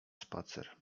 spacer